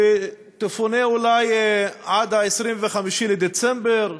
היא תפונה אולי עד 25 בדצמבר,